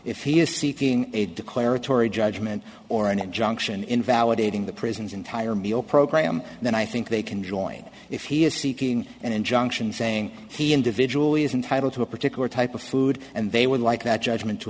if he is seeking a declaratory judgment or an injunction invalidating the prison's entire meal program then i think they can join if he is seeking an injunction saying he individual is entitle to a particular type of food and they would like that judgment to